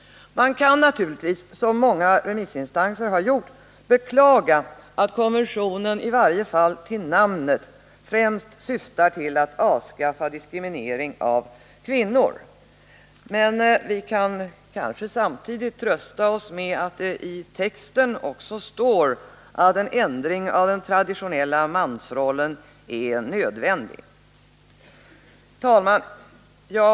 Man kan naturligtvis — som många remissinstanser har gjort — beklaga att konventionen i varje fall till namnet främst syftar till att avskaffa diskrimineringen av kvinnor. Men vi kan kanske trösta oss med att det i texten också s att en ändring av den konventionella mansrollen är nödvändig. Herr talman!